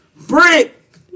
brick